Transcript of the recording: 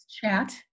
chat